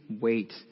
wait